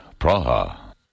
Praha